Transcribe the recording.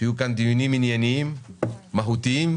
שיהיו כאן דיונים ענייניים, מהותיים,